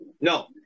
no